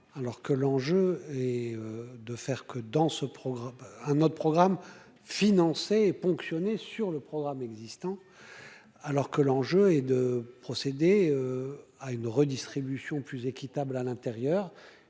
alors que l'enjeu est de faire que dans ce programme, un autre programme financé ponctionné sur le programme existant alors que l'enjeu est de procéder à une redistribution plus équitable à l'intérieur